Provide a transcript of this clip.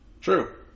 True